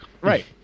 Right